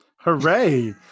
Hooray